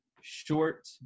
short